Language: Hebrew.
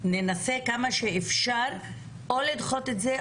ננסה עד כמה שאפשר לדחות את זה,